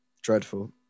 dreadful